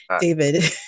David